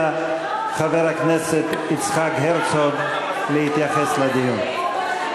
חבר הכנסת יצחק הרצוג להתייחס לדיון.